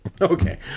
Okay